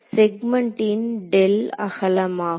செக்மெண்டின் அகலமாகும்